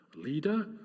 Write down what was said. leader